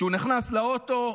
כשהוא נכנס לאוטו,